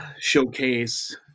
showcase